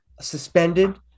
suspended